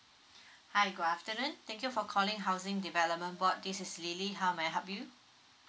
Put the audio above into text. hi good afternoon thank you for calling housing development board this is lily how may I help you